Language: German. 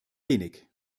wenig